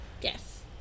Yes